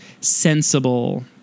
sensible